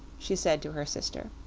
she said to her sister,